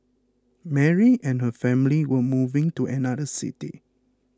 Mary and her family were moving to another city